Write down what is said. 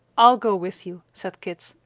i'll go with you, said kit.